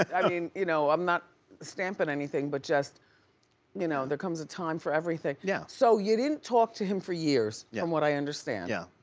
i mean you know, i'm not stampin' anything but just you know, there comes a time for everything. yeah so, you didn't talk to him for years, yeah from what i understand. yeah,